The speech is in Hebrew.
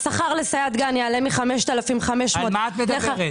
השכר לסייעת גן יעלה מ-5,500 --- על מה את מדברת?